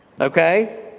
Okay